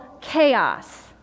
chaos